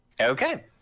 Okay